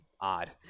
odd